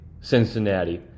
Cincinnati